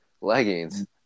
leggings